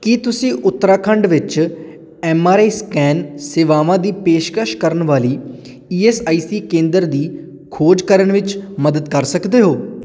ਕੀ ਤੁਸੀਂ ਉਤਰਾਖੰਡ ਵਿੱਚ M R I scan ਸੇਵਾਵਾਂ ਦੀ ਪੇਸ਼ਕਸ਼ ਕਰਨ ਵਾਲੀ ਈ ਐੱਸ ਆਈ ਸੀ ਕੇਂਦਰ ਦੀ ਖੋਜ ਕਰਨ ਵਿੱਚ ਮਦਦ ਕਰ ਸਕਦੇ ਹੋ